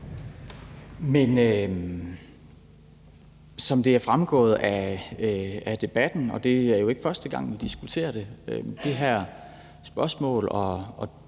det også er fremgået af debatten, er det jo ikke første gang, vi diskuterer det her spørgsmål og